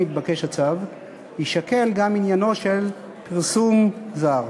יתבקש הצו יישקל גם עניינו של פרסום זר.